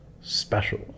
special